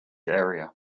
area